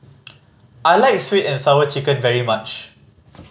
I like Sweet And Sour Chicken very much